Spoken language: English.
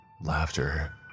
laughter